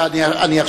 אני אמשיך.